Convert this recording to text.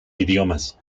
idiomas